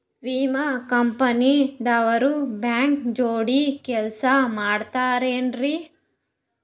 ವಿಮಾ ಕಂಪನಿ ದವ್ರು ಬ್ಯಾಂಕ ಜೋಡಿ ಕೆಲ್ಸ ಮಾಡತಾರೆನ್ರಿ?